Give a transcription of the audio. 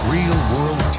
Real-world